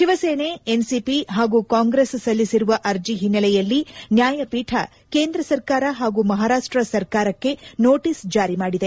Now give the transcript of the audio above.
Shiv Sena NCP ಹಾಗೂ Congress ಸಲ್ಲಿಸಿರುವ ಅರ್ಜಿ ಹಿನ್ನೆಲೆಯಲ್ಲಿ ನ್ಯಾಯಪೀಠ ಕೇಂದ್ರ ಸರ್ಕಾರ ಹಾಗೂ ಮಹಾರಾಷ್ಟ ಸರ್ಕಾರಕ್ಕೆ ನೋಟಿಸ್ ಜಾರಿ ಮಾಡಿದೆ